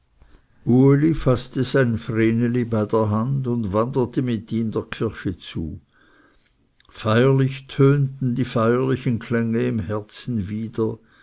uli faßte sein vreneli bei der hand und wanderte mit ihm der kirche zu feierlich tönten die feierlichen klänge im herzen wieder